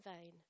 vain